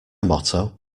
motto